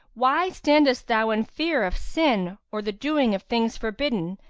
why standest thou in fear of sin or the doing of things forbidden,